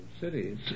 Cities